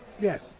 Yes